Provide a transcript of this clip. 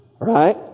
Right